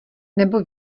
nebo